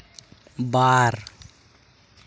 ᱵᱟᱨ